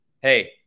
hey